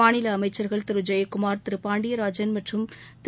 மாநில அமைச்சர்கள் திரு டி ஜெயகுமார் திரு கே பாண்டியராஜன் மற்றும் திரு